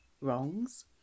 wrongs